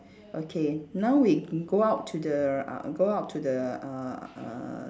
okay now we go out to the uh go out to the uh uh